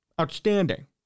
Outstanding